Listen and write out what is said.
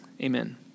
amen